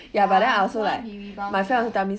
ya who want to be rebound sia